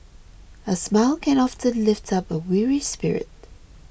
a smile can often lift up a weary spirit